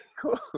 Cool